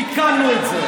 תיקנו את זה.